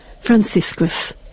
Franciscus